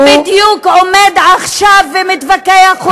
מי בדיוק עומד עכשיו ומתווכח איתי.